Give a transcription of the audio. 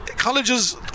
colleges